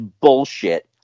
bullshit